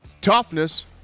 toughness